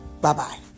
Bye-bye